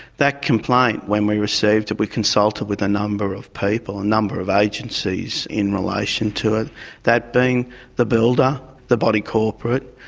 that complaint, when we received it we consulted with a number of people, a number of agencies, in relation to it that being the builder, the body corporate,